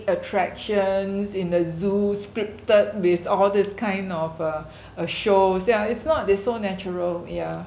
attractions in the zoos scripted with all this kind of uh uh shows yeah it's not they so natural yeah